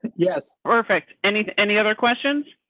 yes. perfect. any any other questions.